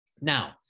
Now